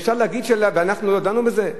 אפשר להגיד שאנחנו לא דנו בזה?